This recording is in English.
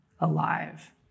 alive